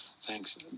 Thanks